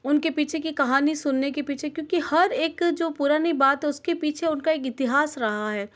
उनके पीछे की कहानी सुनने के पीछे क्योंकि हर एक जो पुरानी बात उसके पीछे उनका इतिहास रहा है